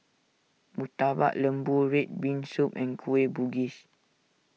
Murtabak Lembu Red Bean Soup and Kueh Bugis